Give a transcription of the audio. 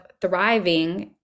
thriving